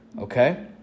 Okay